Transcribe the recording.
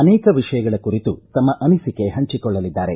ಅನೇಕ ವಿಷಯಗಳ ಕುರಿತು ತಮ್ಮ ಅನಿಸಿಕೆ ಹಂಚಿಕೊಳ್ಳಲಿದ್ದಾರೆ